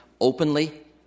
openly